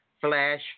Flash